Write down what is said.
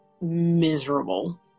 miserable